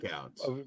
counts